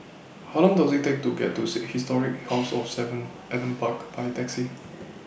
How Long Does IT Take to get to Seek Historic House of seven Adam Park By Taxi